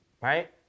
right